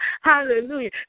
Hallelujah